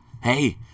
Hey